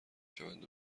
شوند